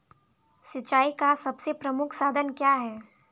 सिंचाई का सबसे प्रमुख साधन क्या है?